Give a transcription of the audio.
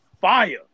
fire